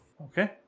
Okay